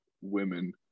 women